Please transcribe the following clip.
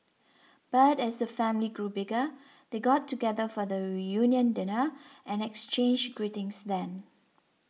but as the family grew bigger they got together for the reunion dinner and exchanged greetings then